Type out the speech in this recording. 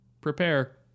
Prepare